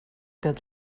good